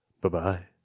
Bye-bye